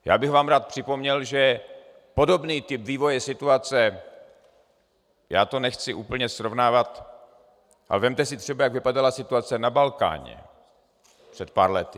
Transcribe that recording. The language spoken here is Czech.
Já bych vám rád připomněl, že podobný typ vývoje situace já to nechci úplně srovnávat, ale vezměte si třeba, jak vypadala situace na Balkáně před pár lety.